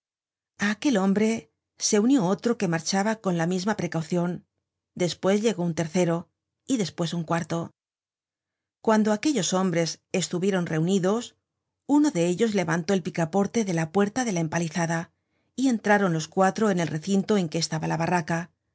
aquel hombre se unió otro que marchaba con la misma precaucion despues llegó un tercero y despues un cuarto cuando aquellos hombres estuvieron reunidos uno de ellos levantó el picaporte de la puerta de la empalizada y entraron los cuatro en el recinto en que estaba la barraca